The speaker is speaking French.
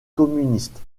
communistes